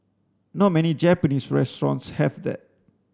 not many Japanese restaurants have that